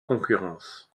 concurrence